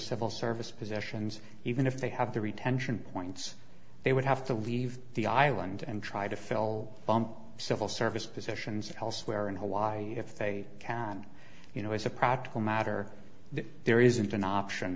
civil service positions even if they have the retention points they would have to leave the island and try to fill civil service positions elsewhere in hawaii if they can you know as a practical matter that there isn't an option